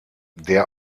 der